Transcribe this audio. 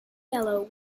yellow